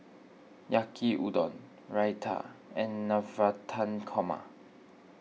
Yaki Udon Raita and Navratan Korma